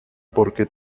porque